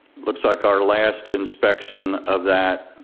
looks like our last inspection of that,